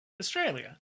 Australia